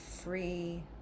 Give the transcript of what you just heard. Free